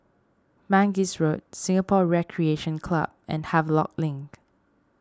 Mangis Road Singapore Recreation Club and Havelock Link